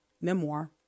memoir